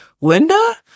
Linda